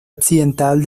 occidental